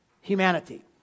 humanity